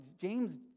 james